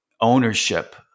ownership